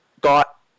got